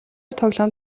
тоглоом